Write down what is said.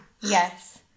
yes